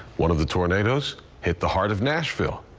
one of the tornadoes hit the heart of nashville.